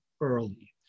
early